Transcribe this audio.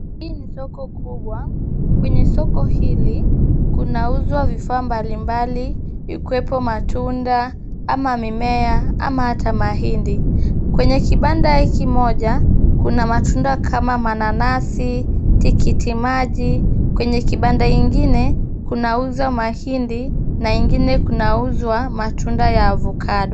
Hii ni soko kubwa. Kwenye soko hili, kunauzwa vifaa mbali mbali ikiwepo matunda ama mimea ama hata mahindi . Kwenye kibanda kimoja, kuna matunda kama mananasi, tikiti maji. Kwenye kibanda ingine kunauzwa mahindi na ingine kunauzwa matunda ya avokado.